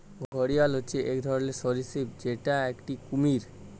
ঘড়িয়াল হচ্যে এক ধরলর সরীসৃপ যেটা একটি কুমির